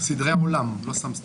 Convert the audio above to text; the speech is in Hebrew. סדרי עולם, לא סתם סדרים.